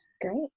Great